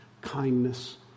kindness